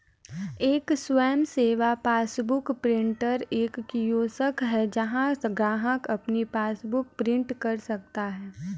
एक स्वयं सेवा पासबुक प्रिंटर एक कियोस्क है जहां ग्राहक अपनी पासबुक प्रिंट कर सकता है